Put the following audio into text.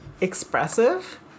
expressive